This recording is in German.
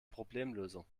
problemlösung